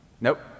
Nope